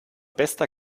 bester